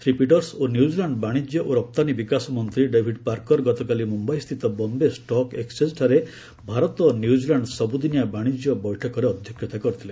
Shri Peters ଓ New Zealand ବାଣିଜ୍ୟ ଓ ରପ୍ତାନୀ ବିକାଶ ମନ୍ତ୍ରୀ ଡାଭିଡ୍ ପାର୍କର ଗତକାଲି ମୁମ୍ବାଇସ୍ଥିତ ବମ୍ଘେ ଷ୍ଟକ୍ ଏକୁଚେଞ୍ଜଠାରେ ଭାରତ ନ୍ୟୁଜିଲାଣ୍ଡ ସବୁଦିନିଆ ବାଶିଜ୍ୟ ବୈଠକରେ ଅଧ୍ୟକ୍ଷତା କରିଥିଲେ